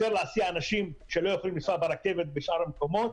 יותר להסיע אנשים שלא יכולים לנסוע ברכבת ובשאר המקומות.